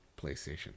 PlayStation